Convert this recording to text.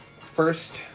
first